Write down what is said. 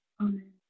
Amen